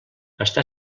està